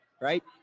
Right